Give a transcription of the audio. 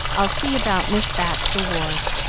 i'll see about miss bat's reward.